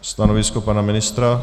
Stanovisko pana ministra?